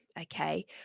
Okay